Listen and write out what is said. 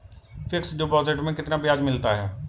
Fix deposit में कितना ब्याज मिलता है?